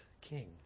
king